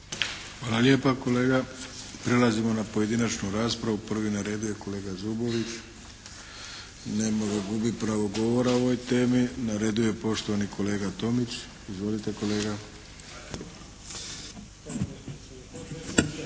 Hvala lijepa kolega. Prelazimo na pojedinačnu raspravu. Prvi na redu je Zubović. Nema ga. Gubi pravo govora o ovoj temi. Na redu je poštovani kolega Tomić. Izvolite kolega.